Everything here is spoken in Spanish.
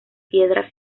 piedra